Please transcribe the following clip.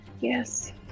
Yes